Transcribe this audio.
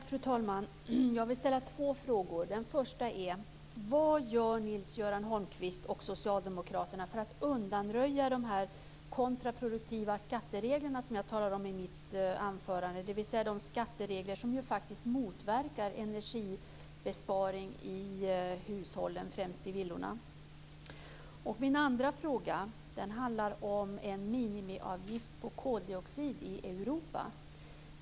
Fru talman! Jag vill ställa två frågor. Den första är: Vad gör Nils-Göran Holmqvist och Socialdemokraterna för att undanröja de kontraproduktiva skatteregler som jag talade om i mitt anförande, dvs. de skatteregler som faktiskt motverkar energibesparing i hushållen - främst i villorna? Min andra fråga handlar om en minimiavgift på koldioxid i Europa.